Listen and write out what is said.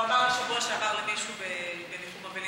הוא אמר בשבוע שעבר למישהו בניחום אבלים,